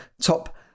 top